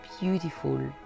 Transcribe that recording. beautiful